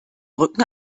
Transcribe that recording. rücken